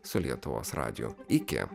su lietuvos radiju iki